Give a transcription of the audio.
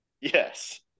Yes